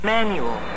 Manual